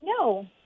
No